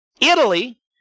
Italy